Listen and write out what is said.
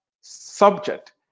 subject